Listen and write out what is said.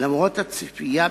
למרות הציפייה,